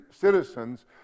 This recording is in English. citizen's